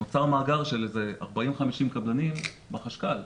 נוצר מאגר של איזה 50-40 קבלנים בחשכ"ל,